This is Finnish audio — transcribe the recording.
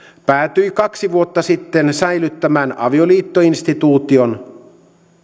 päätyi kaksi vuotta sitten säilyttämään avioliittoinstituution